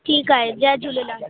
ठीकु आहे जय झूलेलाल